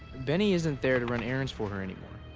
bennie isn't there to run errands for her anymore.